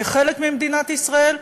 כחלק ממדינת ישראל,